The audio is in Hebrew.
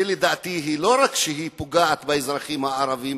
שלדעתי היא לא רק פוגעת באזרחים הערבים,